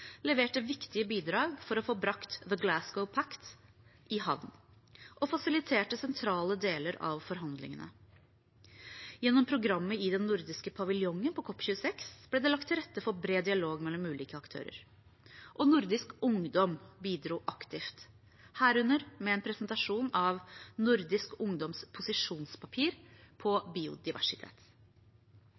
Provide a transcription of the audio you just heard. leverte viktige bidrag for å få brakt Glasgow Climate Pact» i havn og fasiliterte sentrale deler av forhandlingene. Gjennom programmet i den nordiske paviljongen på COP26 ble det lagt til rette for bred dialog mellom ulike aktører. Nordisk ungdom bidro aktivt, herunder med en presentasjon av Nordisk ungdoms posisjonspapir på biodiversitet.